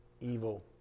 evil